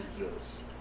Yes